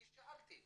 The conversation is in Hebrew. אני שאלתי.